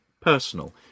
personal